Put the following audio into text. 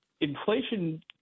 inflation